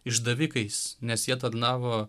išdavikais nes jie tarnavo